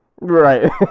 Right